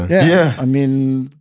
yeah. i mean,